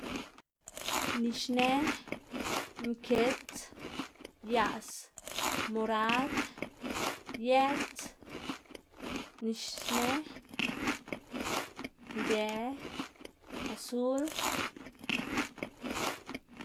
Nixnë, nkits, yaꞌs, morad, yeꞌts, nixnë, ngë, azul.